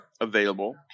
available